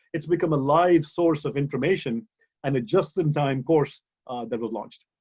it's become a live source of information and just in time course that we've launched.